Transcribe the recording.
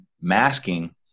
masking